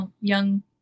young